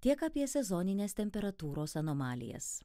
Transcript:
tiek apie sezonines temperatūros anomalijas